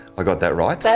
i got that right? that's